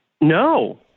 No